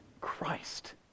Christ